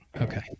Okay